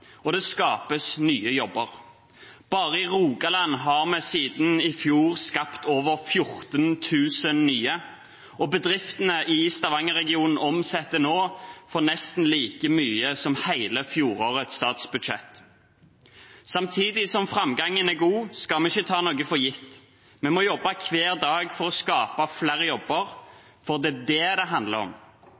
og det skapes nye jobber. Bare i Rogaland har vi siden i fjor skapt over 14 000 nye, og bedriftene i stavangerregionen omsetter nå for nesten like mye som hele fjorårets statsbudsjett. Samtidig som framgangen er god, skal vi ikke ta noe for gitt. Vi må jobbe hver dag for å skape flere jobber, for det er det det handler om: